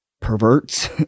perverts